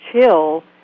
chill